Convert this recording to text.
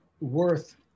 worth